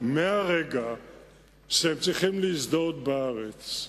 מהרגע שהם צריכים להזדהות בארץ,